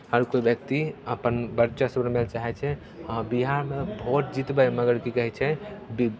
हर कोइ व्यक्ति अपन वर्चस्वमे चाहै छै बिहारमे भोट जितबै मगर की कहै छै बि